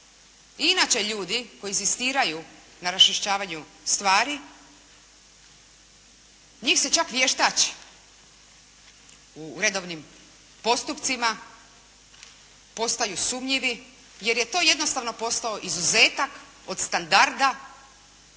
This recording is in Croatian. inače ljudi koji inzistiraju na raščišćavanju stvari njih se čak vještači u redovnim postupcima, postaju sumnjivi jer je to jednostavno postao izuzetak od standarda